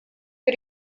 für